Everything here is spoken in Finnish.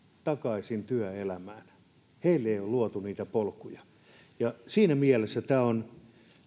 takaisin työelämään ei ole luotu niitä polkuja siinä mielessä tämä on